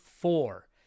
four